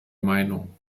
meinung